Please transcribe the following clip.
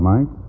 Mike